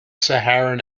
saharan